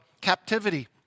captivity